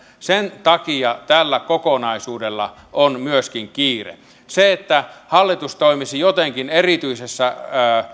sen takia tällä kokonaisuudella on myöskin kiire se että hallitus toimisi jotenkin erityisessä